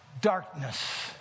darkness